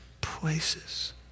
places